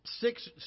six